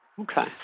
Okay